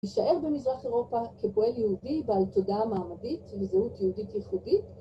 ישאר במזרח אירופה כפועל יהודי בעל תודעה מעמדית וזהות יהודית ייחודית